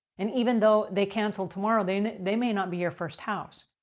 and even though they cancel tomorrow, they and they may not be your first house.